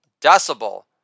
decibel